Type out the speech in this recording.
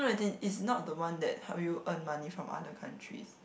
no as in it's not the one that help you earn money from other countries